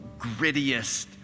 grittiest